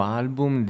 album